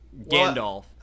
Gandalf